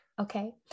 Okay